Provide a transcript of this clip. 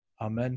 Amen